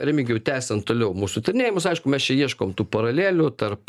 remigijau tęsiant toliau mūsų tyrinėjimus aišku mes čia ieškom tų paralelių tarp